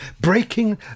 Breaking